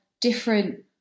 different